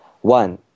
One